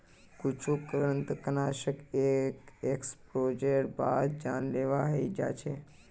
कुछु कृंतकनाशक एक एक्सपोजरेर बाद जानलेवा हय जा छ